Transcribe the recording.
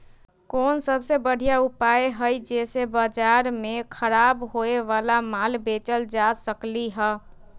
कोन सबसे बढ़िया उपाय हई जे से बाजार में खराब होये वाला माल बेचल जा सकली ह?